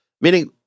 Meaning